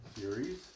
series